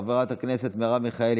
חבר הכנסת עופר כסיף,